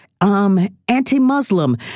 anti-Muslim